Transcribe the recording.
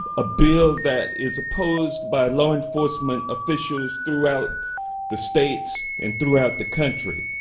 a bill that is opposed by law enforcement officials throughout the states and throughout the country.